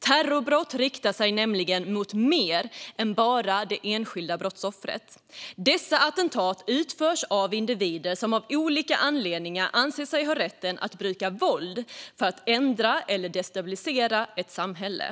Terrorbrott riktar sig nämligen mot mer än bara det enskilda brottsoffret. Dessa attentat utförs av individer som av olika anledningar anser sig ha rätt att bruka våld för att ändra eller destabilisera ett samhälle.